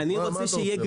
מה אתה רוצה?